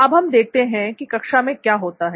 अब हम देखते हैं की कक्षा में क्या होता है